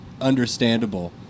understandable